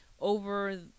over